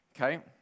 okay